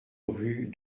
rue